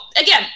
again